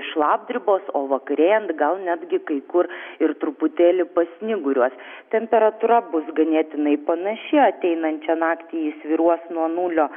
šlapdribos o vakarėjant gal netgi kai kur ir truputėlį pasnyguriuos temperatūra bus ganėtinai panaši ateinančią naktį ji svyruos nuo nulio